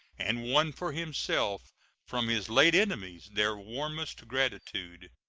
and won for himself from his late enemies their warmest gratitude.